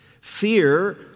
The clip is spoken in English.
Fear